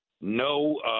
no